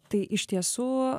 tai iš tiesų